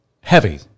Heavy